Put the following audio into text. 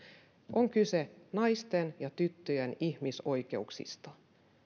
on kyse naisten ja tyttöjen ihmisoikeuksista